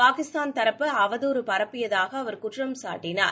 பாகிஸ்தான் தரப்பு அவதாறு பரப்பியதாக அவர் குற்றம் சாட்டினார்